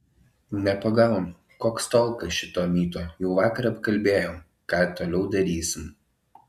nepagaunu koks tolkas šito myto jau vakar apkalbėjom ką toliau darysim